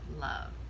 love